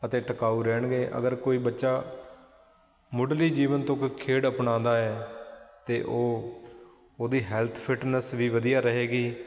ਅਤੇ ਟਿਕਾਊ ਰਹਿਣਗੇ ਅਗਰ ਕੋਈ ਬੱਚਾ ਮੁੱਢਲੇ ਜੀਵਨ ਤੋਂ ਕੋਈ ਖੇਡ ਅਪਣਾਉਂਦਾ ਹੈ ਤਾਂ ਉਹ ਉਹਦੀ ਹੈਲਥ ਫਿਟਨੈਸ ਵੀ ਵਧੀਆ ਰਹੇਗੀ